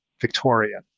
Victorian